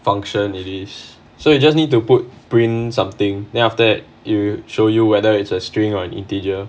function it is so you just need to put print something then after that it'll you show you whether it's a string or an integer